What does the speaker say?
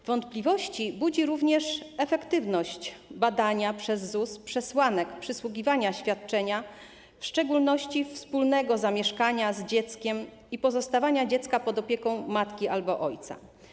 Wątpliwości budzi również efektywność badania przez ZUS przesłanek przysługiwania świadczenia, w szczególności wspólnego zamieszkania z dzieckiem i pozostawania dziecka pod opieką matki albo ojca.